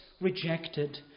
rejected